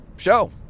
Show